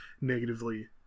negatively